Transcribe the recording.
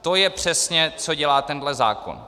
To je přesně, co dělá tenhle zákon.